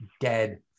dead